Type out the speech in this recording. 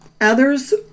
Others